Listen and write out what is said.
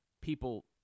people